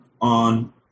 on